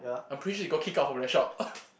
I'm pretty sure they got kicked out from that shop